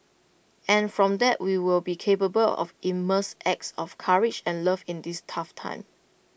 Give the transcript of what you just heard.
and from that we will be capable of immense acts of courage and love in this tough time